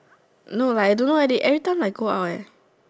no like I don't know eh they every time like go out eh